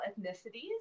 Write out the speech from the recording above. ethnicities